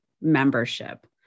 membership